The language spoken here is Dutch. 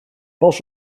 pas